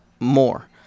more